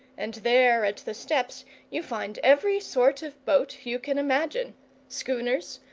and there at the steps you find every sort of boat you can imagine schooners,